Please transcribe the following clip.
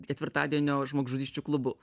ketvirtadienio žmogžudysčių klubu